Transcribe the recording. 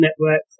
network